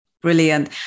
Brilliant